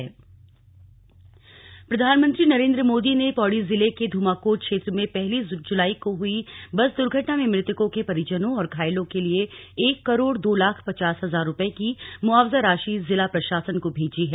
मुआवजा राशि प्रधानमंत्री नरेंद्र मोदी ने पौड़ी जिले के धुमाकोट क्षेत्र में पहली जुलाई को हुई बस दुर्घटना में मृतकों के परिजनों और घायलों के लिए एक करोड दो लाख पचास हजार रूपये की मुआवजा राशि जिला प्रशासन को भेजी है